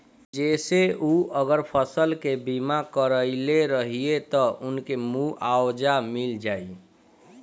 जेसे उ अगर फसल के बीमा करइले रहिये त उनके मुआवजा मिल जाइ